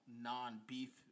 non-beef